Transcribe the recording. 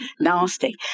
nasty